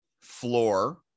floor